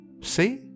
See